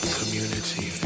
community